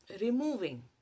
Removing